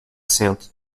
cento